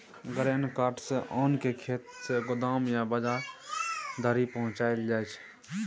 grain cart सँ ओन केँ खेत सँ गोदाम या बजार धरि पहुँचाएल जाइ छै